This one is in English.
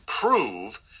prove